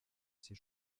ses